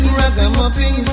ragamuffin